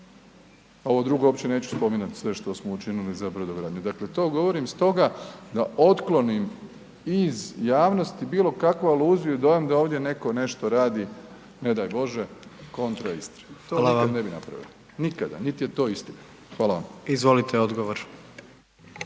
Ovo drugo uopće neću spominjati sve što smo učinili za brodogradnju, dakle, to govorim stoga da otklonim iz javnosti bilo kakvu aluziju i dojam da ovdje netko nešto radi, ne daj Bože, kontra Istre. To nikad ne bi napravio. .../Upadica: Hvala./... Nikada, niti je to istina. Hvala vam. **Jandroković,